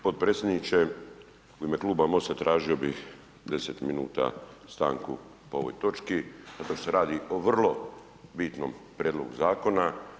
Potpredsjedniče u ime kluba MOST-a tražio bih 10 minuta stanku po ovoj točki zato što se radi o vrlo bitnom prijedlogu zakona.